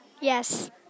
Yes